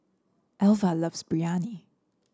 Alva loves Biryani